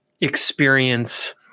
experience